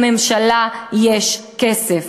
לממשלה יש כסף,